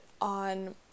on